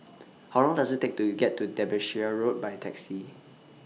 How Long Does IT Take to get to Derbyshire Road By Taxi